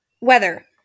weather